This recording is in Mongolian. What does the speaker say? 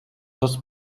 тус